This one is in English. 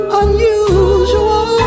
unusual